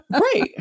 Right